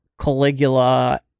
Caligula